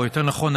או יותר נכון,